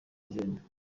gen